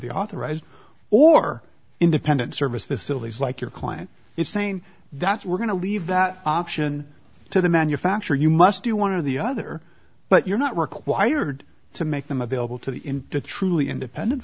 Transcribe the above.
the authorized or independent service facilities like your client is saying that's we're going to leave that option to the manufacturer you must do you want to the other but you're not required to make them available to the in the truly independent